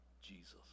Jesus